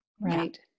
right